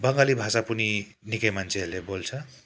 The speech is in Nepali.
बङ्गाली भाषा पनि निकै मान्छेहरूले बोल्छ